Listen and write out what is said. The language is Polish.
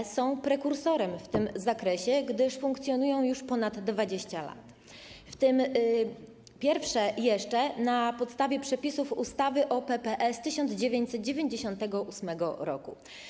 PPE są prekursorem w tym zakresie, gdyż funkcjonują już ponad 20 lat, pierwsze jeszcze na podstawie przepisów ustawy o PPE z 1998 r.